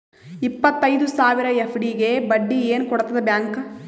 ಇಪ್ಪತ್ತೈದು ಸಾವಿರ ಎಫ್.ಡಿ ಗೆ ಬಡ್ಡಿ ಏನ ಕೊಡತದ ಬ್ಯಾಂಕ್?